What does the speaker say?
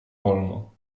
wolno